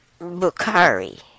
Bukhari